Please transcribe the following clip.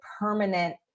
permanent